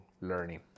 learning